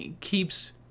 keeps